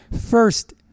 first